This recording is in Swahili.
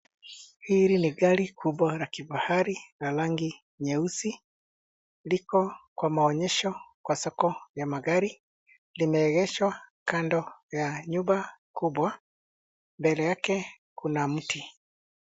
Hili ni gari kubwa la kifahari la rangi nyeusi. Liko kwa maonyesho kwa soko ya magari. Limeegeshwa kando ya nyumba kubwa. Mbele yake kuna mti.